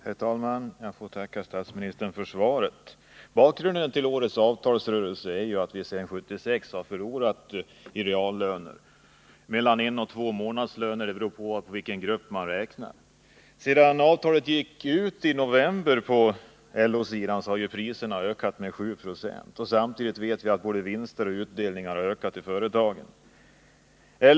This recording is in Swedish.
Herr talman! Jag får tacka statsministern för svaret. Bakgrunden till årets avtalsrörelse är att vi sedan 1976 i reallön har förlorat mellan en och två månadslöner, beroende på vilken grupp man ser på. Sedan avtalet på LO-sidan gick ut i november har priserna ökat med 7 90 och samtidigt har, det vet vi, både vinster och utdelningar ökat i företagen.